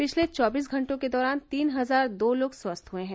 पिछले चौबीस घंटों के दौरान तीन हजार दो लोग स्वस्थ हए हैं